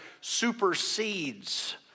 supersedes